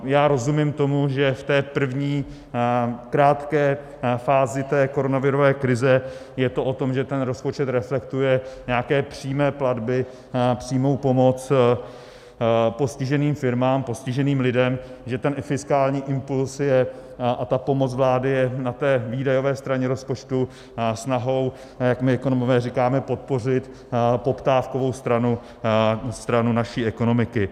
Já rozumím tomu, že v té první, krátké fázi té koronavirové krize je to o tom, že ten rozpočet reflektuje nějaké přímé platby, přímou pomoc postiženým firmám, postiženým lidem, že ten fiskální impuls a pomoc vlády je na té výdajové straně rozpočtu snahou, jak my ekonomové říkáme, podpořit poptávkovou stranu naší ekonomiky.